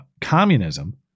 communism